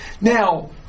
Now